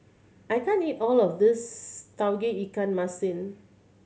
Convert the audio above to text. I can't eat all of this Tauge Ikan Masin